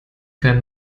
keinen